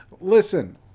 Listen